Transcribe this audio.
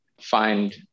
find